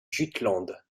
jutland